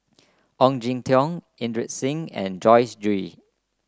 Ong Jin Teong Inderjit Singh and Joyce Jue